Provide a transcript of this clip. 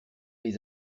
les